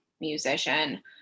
musician